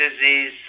disease